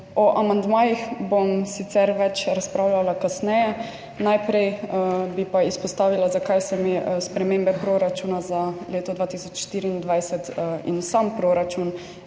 O amandmajih bom sicer več razpravljala kasneje, najprej bi pa izpostavila, zakaj se mi spremembe proračuna za leto 2024 in sam proračun